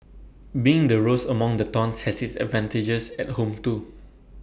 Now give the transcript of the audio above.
being the rose among the thorns has its advantages at home too